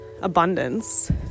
abundance